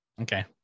Okay